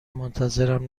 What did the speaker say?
منتظرم